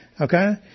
okay